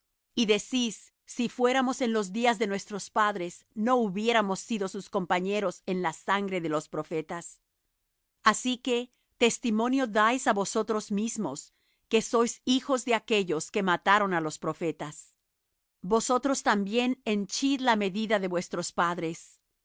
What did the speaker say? y decís si fuéramos en los días de nuestros padres no hubiéramos sido sus compañeros en la sangre de los profetas así que testimonio dais á vosotros mismos que sois hijos de aquellos que mataron á los profetas vosotros también henchid la medida de vuestros padres